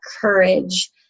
courage